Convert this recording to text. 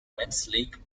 westlake